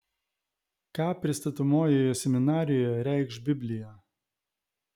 ką pristatomoje seminarijoje reikš biblija